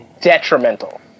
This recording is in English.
detrimental